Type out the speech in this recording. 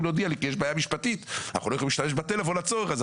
להודיע לי כי יש בעיה משפטית והם לא יכולים להשתמש בטלפון לצורך זה.